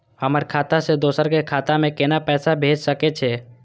हमर खाता से दोसर के खाता में केना पैसा भेज सके छे?